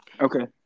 Okay